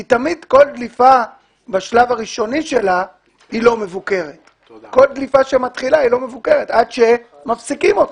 כי תמיד כל דליפה בשלב הראשוני היא לא מבוקרת עד שמפסיקים אותה.